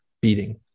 beating